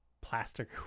plastic